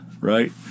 right